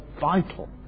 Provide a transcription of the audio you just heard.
vital